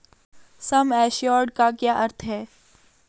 सम assured का क्या अर्थ है?